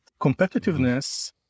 competitiveness